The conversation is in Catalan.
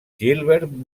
gilbert